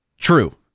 true